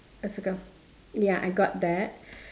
a circle ya I got that